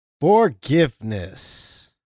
forgiveness